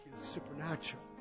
supernatural